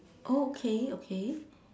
oh okay okay